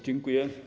Dziękuję.